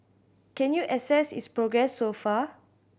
can you assess its progress so far